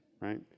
right